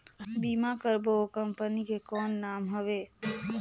बीमा करबो ओ कंपनी के कौन नाम हवे?